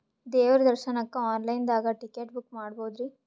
ದೇವ್ರ ದರ್ಶನಕ್ಕ online ದಾಗ ಟಿಕೆಟ ಬುಕ್ಕ ಮಾಡ್ಬೊದ್ರಿ?